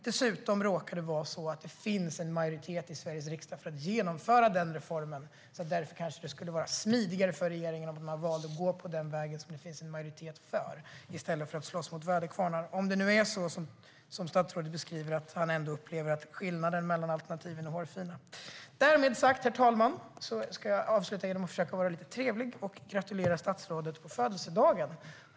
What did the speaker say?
Dessutom råkar det finnas en majoritet i Sveriges riksdag för att genomföra denna reform. Därför kanske det skulle det vara smidigare för regeringen om den valde att gå den väg som det finns en majoritet för i stället för att slåss mot väderkvarnar - om det nu är så som statsrådet beskriver att han upplever det, att skillnaden mellan alternativen är hårfin. Därmed, herr talman, ska jag avsluta genom att försöka vara lite trevlig och gratulera statsrådet på födelsedagen.